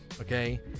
okay